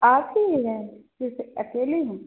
आप ही ले जाऍंगे क्यूँकि अकेले हैं